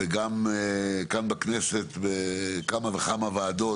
וגם כאן בכנסת בכמה וכמה וועדות,